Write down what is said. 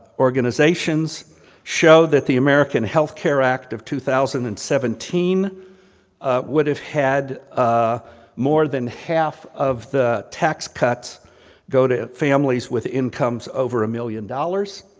organizations showed that the american health care act of two thousand and seventeen would have had ah more than half of the tax cut go to families with incomes over a million dollars.